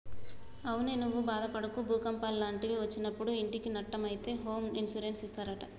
అవునే నువ్వు బాదపడకు భూకంపాలు లాంటివి ఒచ్చినప్పుడు ఇంటికి నట్టం అయితే హోమ్ ఇన్సూరెన్స్ ఇస్తారట